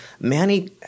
Manny